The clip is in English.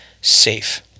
safe